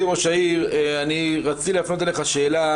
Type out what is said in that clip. מכובדי ראש העיר, רציתי להפנות אליך שאלה.